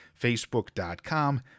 facebook.com